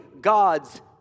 God's